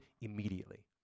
immediately